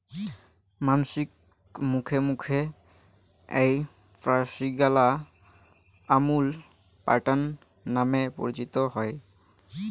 মানসির মুখে মুখে এ্যাই প্রয়াসগিলা আমুল প্যাটার্ন নামে পরিচিত হই